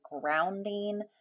grounding